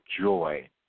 joy